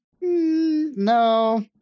no